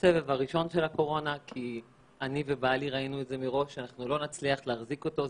הסבב הראשון של הקורונה כי אני ובעלי ראינו מראש שלא נצליח להחזיק אותו,